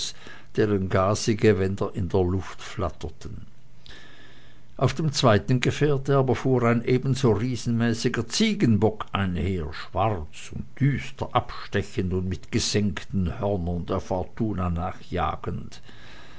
deren gazegewänder in der luft flatterten auf dem zweiten gefährte aber fuhr ein ebenso riesenmäßiger ziegenbock einher schwarz und düster abstechend und mit gesenkten hörnern der fortuna nachjagend